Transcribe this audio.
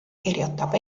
kirjutab